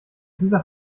dieser